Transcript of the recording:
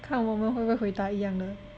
看我们会不会回答一样的